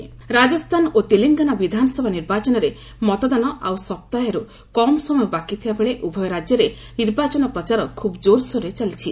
campaigning Rajasthan ଓ ତେଲେଙ୍ଗାନା ବିଧାନସଭା ନିର୍ବାଚନରେ ମତଦାନ ଆଉ ସପ୍ତାହେରୁ କମ୍ ସମୟ ବାକିଥିବାବେଳେ ଉଭୟ ରାଜ୍ୟରେ ନିର୍ବାଚନ ପ୍ରଚାର ଖୁବ୍ ଜୋର୍ସୋର୍ରେ ଚାଲିଛି